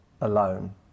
alone